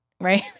right